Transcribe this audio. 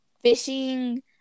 fishing